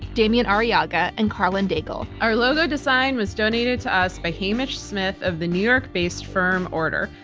damien arriaga, and karlyn daigle. our logo design was donated to us by hamish smith of the new york-based firm order.